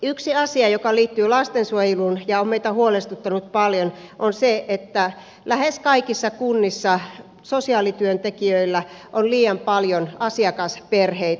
yksi asia joka liittyy lastensuojeluun ja on meitä huolestuttanut paljon on se että lähes kaikissa kunnissa sosiaalityöntekijöillä on liian paljon asiakasperheitä